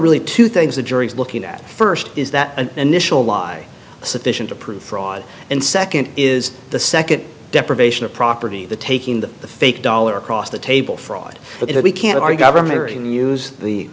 really two things the jury is looking at first is that an initial lie sufficient to prove fraud and second is the second deprivation of property the taking the fake dollar across the table fraud but we can't our government or even use the